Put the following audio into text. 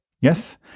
Yes